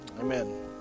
amen